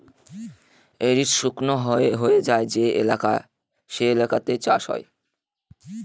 arid শুকনো হয়ে যায় যে এলাকা সেগুলোতে চাষ হয়